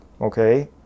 Okay